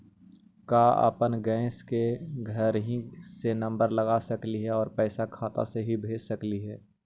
का अपन गैस के घरही से नम्बर लगा सकली हे और पैसा खाता से ही भेज सकली हे?